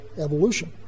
evolution